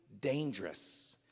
dangerous